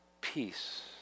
peace